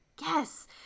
Yes